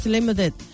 Limited